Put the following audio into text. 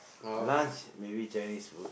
lunch maybe Chinese food